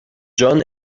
john